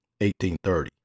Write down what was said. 1830